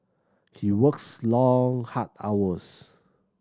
he works long hard hours